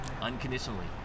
unconditionally